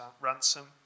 ransom